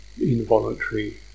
involuntary